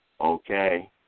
okay